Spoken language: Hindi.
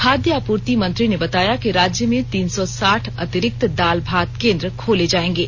खाद्य आपूर्ति मंत्री ने बताया कि राज्य में तीन र्सौ साठ अतिरिक्त दाल भात केंद्र खोले जाएंगे